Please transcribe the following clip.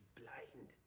blind